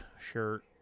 shirt